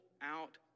out